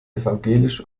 evangelisch